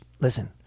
listen